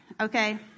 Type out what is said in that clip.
okay